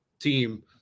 team